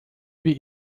wie